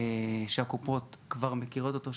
שהקופות כבר מכירות אותו,